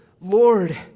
Lord